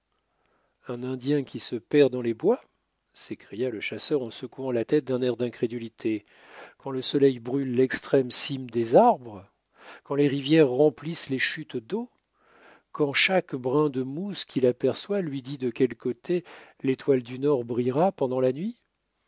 un indien qui se perd dans les bois s'écria le chasseur en secouant la tête d'un air d'incrédulité quand le soleil brûle l'extrême cime des arbres quand les rivières remplissent les chutes d'eau quand chaque brin de mousse qu'il aperçoit lui dit de quel côté l'étoile du nord brillera pendant la nuit